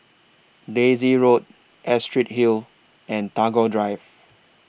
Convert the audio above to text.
Daisy Road Astrid Hill and Tagore Drive